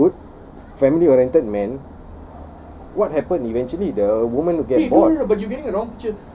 by being good family oriented man what happen eventually the woman will get bored